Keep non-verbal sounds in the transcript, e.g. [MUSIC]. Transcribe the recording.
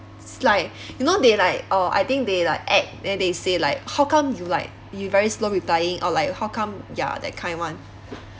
it's like [BREATH] you know they like uh I think they like act then they say like how come you like you very slow replying or like how come ya that kind one